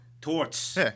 Torts